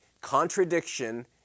contradiction